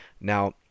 Now